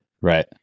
Right